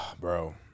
Bro